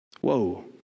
Whoa